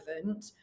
relevant